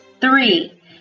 Three